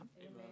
Amen